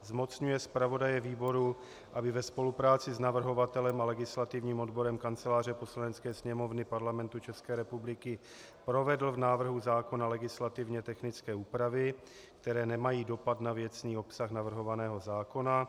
Zmocňuje zpravodaje výboru, aby ve spolupráci s navrhovatelem a legislativním odborem Kanceláře Poslanecké sněmovny Parlamentu České republiky provedl v návrhu zákona legislativně technické úpravy, které nemají dopad na věcný obsah navrhovaného zákona.